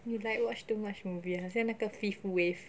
you like watch too much movie 好像那个 fifth wave